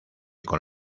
con